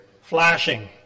flashing